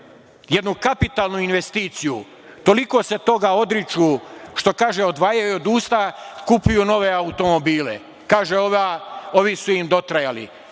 Jednu kapitalnu investiciju. Toliko se toga odriču, što kaže odvajaju od usta, kupuju nove automobile, kažu ovi su im dotrajali.